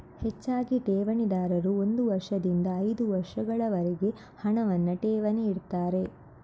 ಹೆಚ್ಚಾಗಿ ಠೇವಣಿದಾರರು ಒಂದು ವರ್ಷದಿಂದ ಐದು ವರ್ಷಗಳವರೆಗೆ ಹಣವನ್ನ ಠೇವಣಿ ಇಡ್ತಾರೆ